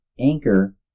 Anchor